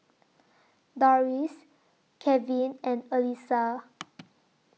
Doris Kevin and Elyssa